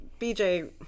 BJ